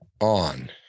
on